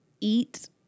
Eat